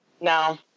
No